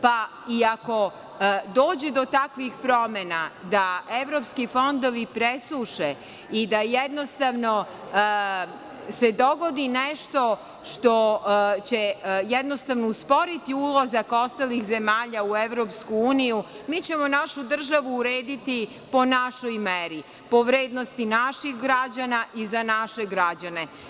Pa i ako dođe do takvih promena da evropski fondovi presuše i da, jednostavno, se dogodi nešto će usporiti ulazak ostalih zemalja u EU, mi ćemo našu državu urediti po našoj meri, po vrednosti naših građana i za naše građane.